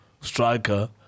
striker